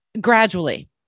gradually